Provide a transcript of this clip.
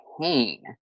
pain